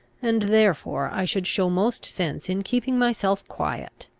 and therefore i should show most sense in keeping myself quiet.